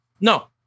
No